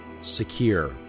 secure